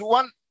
one